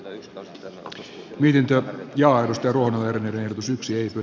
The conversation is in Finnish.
ensto yhtiöt ja arvostelua hornetin syksyiset